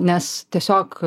nes tiesiog